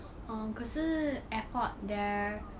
uh 可是 airport there